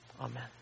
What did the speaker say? Amen